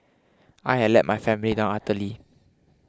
I had let my family down utterly